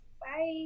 Bye